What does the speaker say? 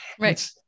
Right